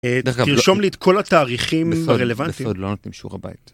תרשום לי את כל התאריכים הרלוונטיים.